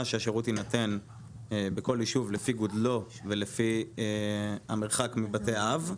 שהשירות יינתן בכל יישוב לפי גודלו ולפי המרחק מבתי אב.